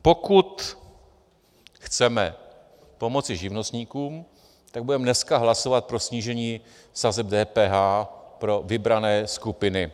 Pokud chceme pomoci živnostníkům, tak budeme dneska hlasovat pro snížení sazeb DPH pro vybrané skupiny.